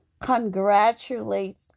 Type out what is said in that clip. congratulate